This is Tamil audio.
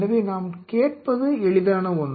எனவே நாம் கேட்பது எளிதான ஒன்று